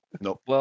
Nope